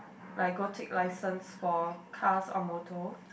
like go take license for cars or motor